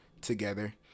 together